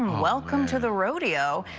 welcome to the rodeo.